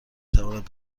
تواند